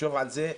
לחשוב על זה.